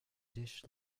dish